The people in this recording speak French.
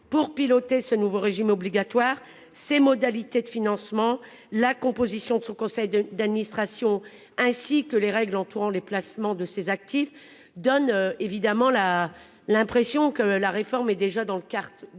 pour piloter ce nouveau régime obligatoire, ses modalités de financement, la composition de son conseil d'administration, ainsi que les règles entourant les placements de ses actifs, donne évidemment l'impression que la réforme est déjà dans les cartons et